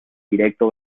directo